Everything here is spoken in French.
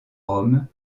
rome